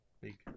big